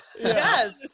yes